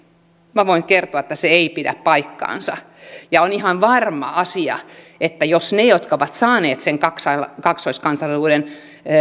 minä voin kertoa että se ei pidä paikkaansa on ihan varma asia että jos ne ne jotka ovat saaneet sen kaksoiskansalaisuuden